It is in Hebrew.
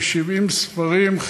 כ-70 ספרים,